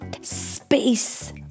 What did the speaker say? Space